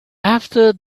after